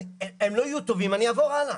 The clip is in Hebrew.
אם הם לא יהיו טובים - אני אעבור הלאה,